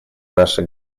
наши